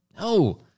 No